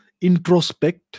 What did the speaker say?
introspect